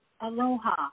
aloha